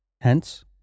Hence